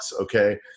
okay